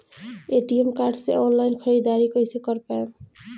ATM card से online ख़रीदारी कइसे कर पाएम?